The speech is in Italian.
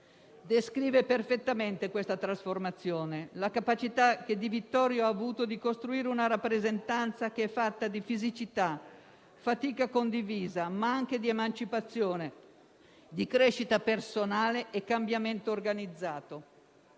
descrive perfettamente questa trasformazione, la capacità che Di Vittorio ha avuto di costruire una rappresentanza che è fatta di fisicità, fatica condivisa ma anche di emancipazione, di crescita personale e cambiamento organizzato.